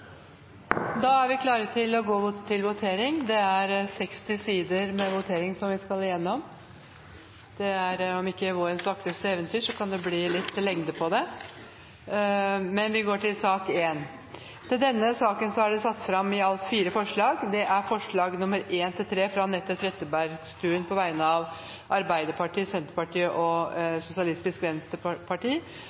Da er vi klare til å gå til votering. Det er 60 sider med votering som vi skal igjennom. Det er om ikke vårens vakreste eventyr, så kan det bli litt lengde på den. Under debatten er det satt fram i alt fire forslag. Det er forslagene nr. 1–3, fra Anette Trettebergstuen på vegne av Arbeiderpartiet, Senterpartiet og Sosialistisk Venstreparti